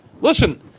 Listen